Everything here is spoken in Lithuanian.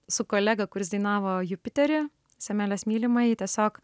su kolega kuris dainavo jupiterį semelės mylimąjį tiesiog